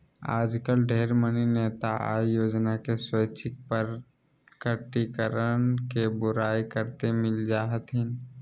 आजकल ढेर मनी नेता भी आय योजना के स्वैच्छिक प्रकटीकरण के बुराई करते मिल जा हथिन